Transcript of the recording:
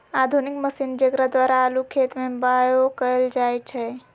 आधुनिक मशीन जेकरा द्वारा आलू खेत में बाओ कएल जाए छै